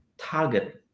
target